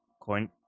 Coin